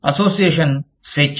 అసోసియేషన్స్వేచ్ఛ